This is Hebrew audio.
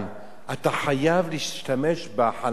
אתה חייב להשתמש בחנייה הפתוחה,